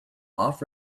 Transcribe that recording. off